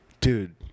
Dude